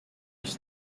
tenho